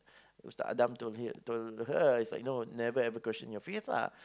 Ustad-Adam told him to to her is like know never ever question your faith lah